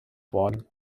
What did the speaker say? worden